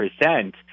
percent